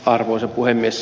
arvoisa puhemies